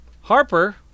Harper